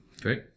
Great